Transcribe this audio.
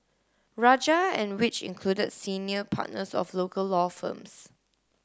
Rajah and which included senior partners of local law firms